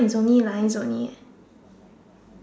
is only lines only eh